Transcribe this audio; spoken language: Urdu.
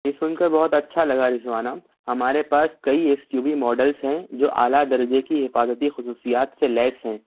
یہ سُن کر بہت اچھا لگا رضوانہ ہمارے پاس کئی ایس یو وی ماڈلس ہیں جو اعلیٰ درجے کی حفاظتی خصوصیات سے لیس ہیں